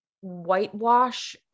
whitewash